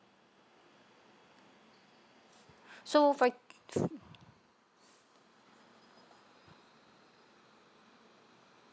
so for